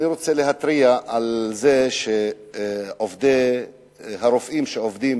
אני רוצה להתריע על זה שהרופאים שעובדים